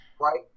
Right